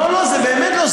לא, לא, באמת לא.